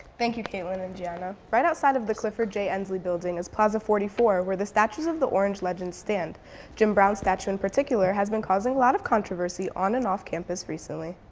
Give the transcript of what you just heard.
thank you kaitlin and giana. right outside of the clifford j. ensley building is plaza forty four where the statues of the orange legends stand jim brown's statue in particular has been causing a lot of controversy on and off campus recently.